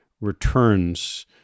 returns